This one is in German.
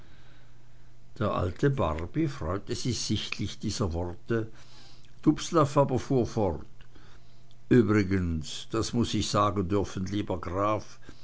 der alte barby freute sich sichtlich dieser worte dubslav aber fuhr fort übrigens das muß ich sagen dürfen lieber graf